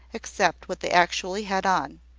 except what they actually had on.